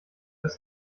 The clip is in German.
das